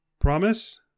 Promise